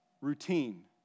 routine